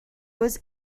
was